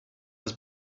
his